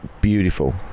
beautiful